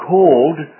Called